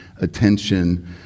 attention